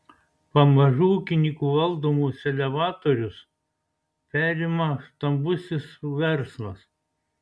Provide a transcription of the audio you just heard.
pamažu ūkininkų valdomus elevatorius perima stambusis verslas